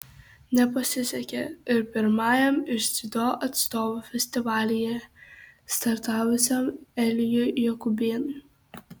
nepasisekė ir pirmajam iš dziudo atstovų festivalyje startavusiam elijui jokubėnui